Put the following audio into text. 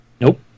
Nope